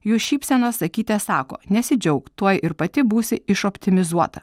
jų šypsenos sakyte sako nesidžiauk tuoj ir pati būsi išoptimizuota